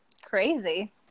Crazy